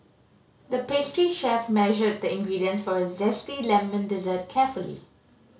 the pastry chef measured the ingredients for a zesty lemon dessert carefully